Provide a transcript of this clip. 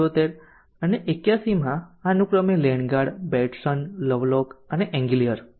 1977 અને 81 માં અનુક્રમે લેન્ગાર્ડ બેટ્સન લવલોક અને એઇગ્લિયર